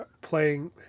playing